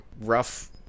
rough